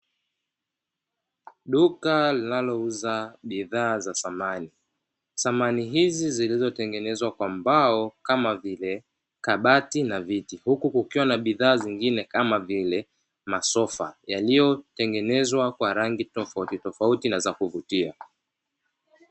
Duka linalouza bidhaa za dhamani dhamani hizi zilizotengezwa kwa mbao zenye rangi tofauti tofauti na za kuvutia